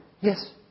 yes